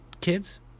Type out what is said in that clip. kids